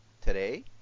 today